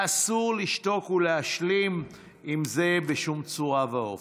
ואסור לשתוק ולהשלים עם זה בשום צורה ואופן.